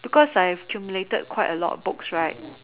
because I've accumulated quite a lot of books right